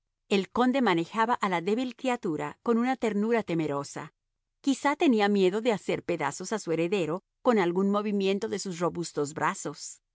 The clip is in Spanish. el conde manejaba a la débil criatura con una ternura temerosa quizá tenía miedo de hacer pedazos a su heredero con algún movimiento de sus robustos brazos